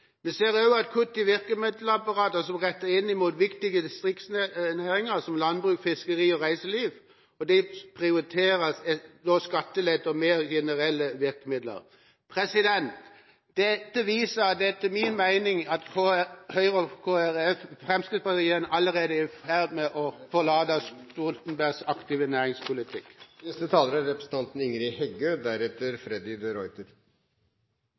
Vi ser også kutt i virkemiddelapparatet som er rettet inn mot viktige distriktsnæringer som landbruk, fiskeri og reiseliv. Det prioriteres i stedet skattelette og mer generelle virkemidler. Dette viser etter min mening at Høyre, Fremskrittspartiet, Kristelig Folkeparti og Venstre allerede er i ferd med å forlate Stoltenberg-regjeringas aktive næringspolitikk. Regjeringa Solberg er